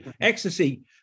Ecstasy